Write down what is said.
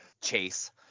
chase